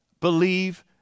Believe